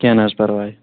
کیٚنٛہہ نہٕ حظ پَرواے